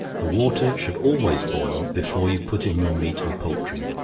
the water should always boil before you put in your meat or poultry.